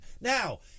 Now